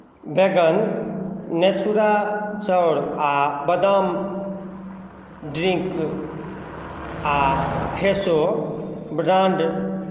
vegan Natura चाउर आ बादाम ड्रिंक आ फ़्रेशो ब्राण्ड